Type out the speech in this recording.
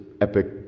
epic